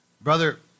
brother